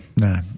No